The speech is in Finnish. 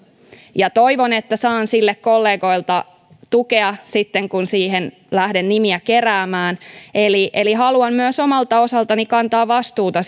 ja toivon että saan sille kollegoilta tukea sitten kun siihen lähden nimiä keräämään eli eli haluan myös omalta osaltani kantaa vastuuta